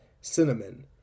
cinnamon